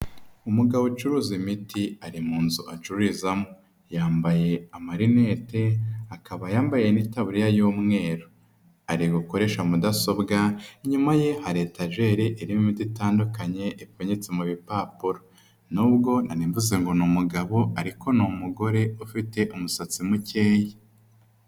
Umugabo ucuruza imiti ari mu nzu acururizamo, yambaye amarinete, akaba yambaye n'itaburiya y'umweru, ari gukoresha mudasobwa, inyuma ye hari etageri irimo imiti idatandukanye ipfunyitse mu bipapuro, nubwo nari mvuze ngo ni umugabo, ariko ni mugore ufite umusatsi mukeya.